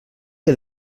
que